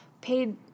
paid